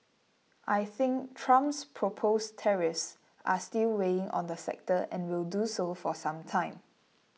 I think Trump's proposed tariffs are still weighing on the sector and will do so for some time